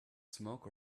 smoke